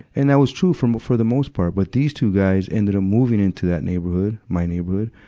and that was true for, ah for the most part. but these two guys ended up moving into that neighborhood, my neighborhood.